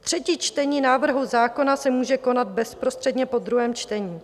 Třetí čtení návrhu zákona se může konat bezprostředně po druhém čtení.